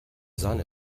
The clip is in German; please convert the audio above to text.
sahne